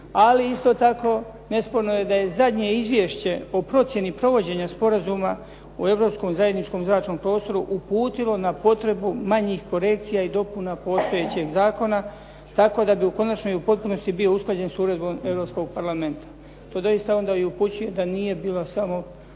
Ali isto tako, neosporno je da je zadnje izvješće o procjeni provođenja Sporazuma o europskom zajedničkom zračnom prostoru uputilo na potrebu manjih korekcija i dopuna postojećeg zakona tako da bi konačno i u potpunosti bio usklađen s uredbom Europskog parlamenta. To doista onda i upućuje da nije bio samo